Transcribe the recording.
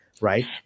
right